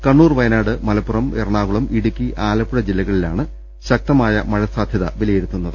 കണ്ണൂർ വയനാട് മലപ്പുറം എറണാകുളം ഇടുക്കി ആലപ്പുഴ ജില്ലകളിലാണ് ശക്തമായ മഴ സാധ്യത വിലയിരുത്തുന്നത്